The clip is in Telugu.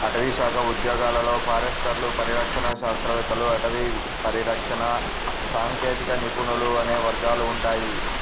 అటవీశాఖ ఉద్యోగాలలో ఫారెస్టర్లు, పరిరక్షణ శాస్త్రవేత్తలు, అటవీ పరిరక్షణ సాంకేతిక నిపుణులు అనే వర్గాలు ఉంటాయి